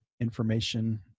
information